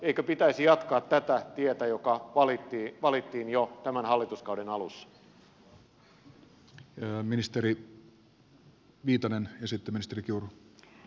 eikö pitäisi jatkaa tätä tietä joka valittiin jo tämän hallituskauden alussa